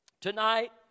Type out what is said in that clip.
Tonight